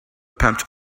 pumped